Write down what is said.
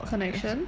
connection